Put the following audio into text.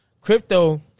crypto